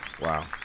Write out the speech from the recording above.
Wow